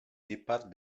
départ